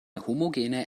homogene